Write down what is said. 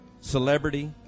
celebrity